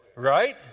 Right